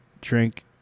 drink